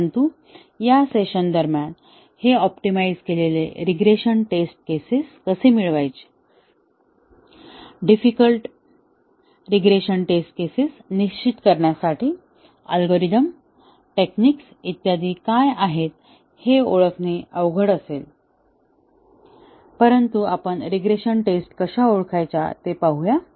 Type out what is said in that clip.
परंतु या सेशन दरम्यान हे ऑप्टिमाइझ केलेले रीग्रेशन टेस्ट केसेस कसे मिळवायचे डिफिकल्ट रीग्रेशन टेस्ट केसेस निश्चित करण्यासाठी अल्गोरिदम टेक्निक्स इत्यादि काय आहेत हे ओळखणे अवघड असेल परंतु आपण रीग्रेशन टेस्ट कशा ओळखायच्या ते पाहूया